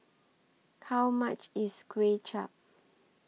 How much IS Kway Chap